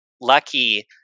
lucky